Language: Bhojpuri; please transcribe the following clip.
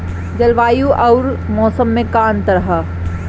जलवायु अउर मौसम में का अंतर ह?